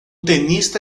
tenista